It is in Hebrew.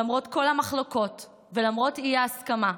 למרות כל המחלוקות ולמרות האי-הסכמה,